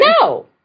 No